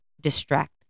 distract